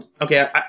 okay